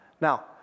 Now